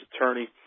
attorney